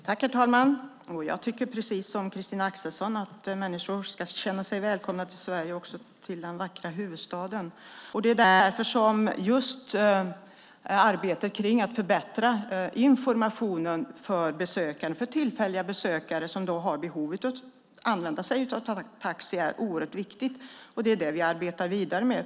Herr talman! Jag tycker precis som Christina Axelsson att människor ska kunna känna sig välkomna till Sverige och till den vackra huvudstaden. Det är därför som arbetet för att förbättra informationen för tillfälliga besökare som behöver använda sig av taxi är viktigt, och det arbetar vi vidare med.